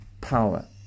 power